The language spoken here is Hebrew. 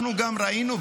אנחנו גם ראינו,